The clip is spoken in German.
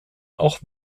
auch